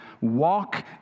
Walk